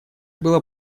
было